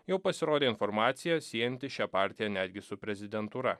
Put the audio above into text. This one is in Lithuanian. jau pasirodė informacija siejanti šią partiją netgi su prezidentūra